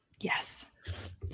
yes